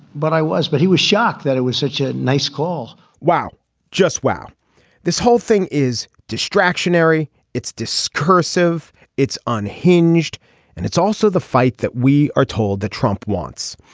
but i was. but he was shocked that it was such a nice call wow just wow this whole thing is distraction free. it's discursive it's unhinged and it's also the fight that we are told that trump wants.